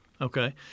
Okay